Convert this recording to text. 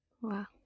Wow